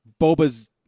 Boba's